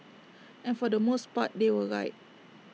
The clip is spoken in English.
and for the most part they were right